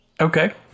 Okay